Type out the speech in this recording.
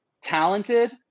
talented